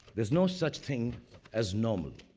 is no such thing as normal,